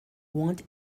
want